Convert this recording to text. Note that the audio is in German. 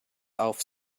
auf